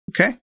Okay